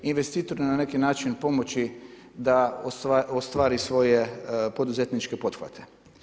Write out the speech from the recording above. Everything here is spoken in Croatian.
Investitor na neki način pomoći da ostvari svoje poduzetničke pothvate.